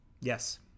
Yes